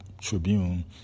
Tribune